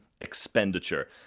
expenditure